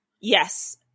Yes